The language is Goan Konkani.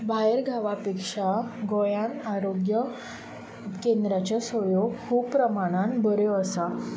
भायर गांवा पेक्षा गोंयांत आरोग्य केंद्राच्यो सोयो खूब प्रमाणान बऱ्यो आसा